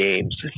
games